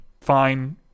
Fine